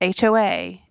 HOA